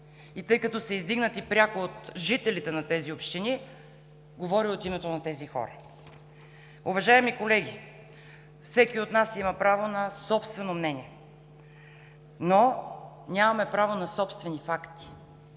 Тъй като са издигнати пряко от жителите на тези общини, говоря от името на тези хора. Уважаеми колеги, всеки от нас има право на собствено мнение, но нямаме право на собствени факти,